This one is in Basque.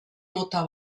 mota